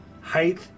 height